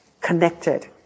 connected